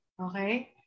Okay